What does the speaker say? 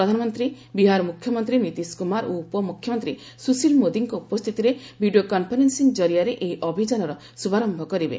ପ୍ରଧାନମନ୍ତ୍ରୀ ବିହାର ମୁଖ୍ୟମନ୍ତ୍ରୀ ନୀତିଶ କୁମାର ଓ ଉପମୁଖ୍ୟମନ୍ତ୍ରୀ ସୁଶୀଲ ମୋଦିଙ୍କ ଉପସ୍ଥିତିର ଭିଡ଼ିଓ କନ୍ଫରେନ୍ସିଂ କରିଆରେ ଏହି ଅଭିଯାନର ଶୁଭାରମ୍ଭ କରିବେ